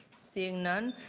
seeing none,